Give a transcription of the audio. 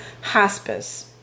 hospice